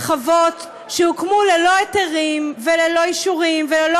חוות שהוקמו ללא היתרים וללא אישורים וללא